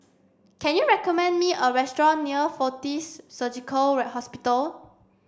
can you recommend me a restaurant near Fortis Surgical Hospital